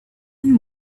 and